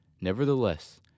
Nevertheless